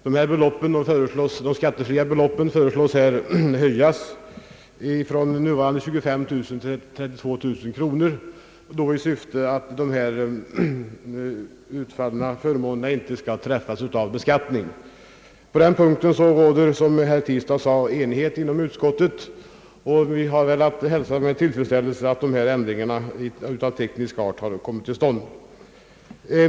Det belopp som föreslås bli skattefritt höjs från nuvarande 25 000 till 32 000 kronor i syfte att de utfallna förmånerna inte skall träffas av beskattningen. På den punkten råder, som herr Tistad sade, enighet inom utskottet, och vi hälsar med tillfredsställelse att dessa ändringar av teknisk art har kommit till stånd.